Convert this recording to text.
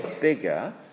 bigger